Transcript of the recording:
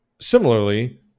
Similarly